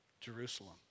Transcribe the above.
Jerusalem